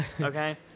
okay